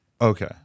Okay